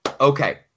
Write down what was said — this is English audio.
Okay